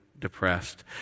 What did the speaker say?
depressed